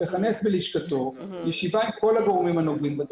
לכנס בלשכתו ישיבה עם כל הגורמים הנוגעים בדבר,